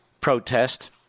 protest